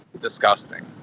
disgusting